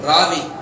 Ravi